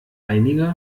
einige